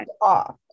off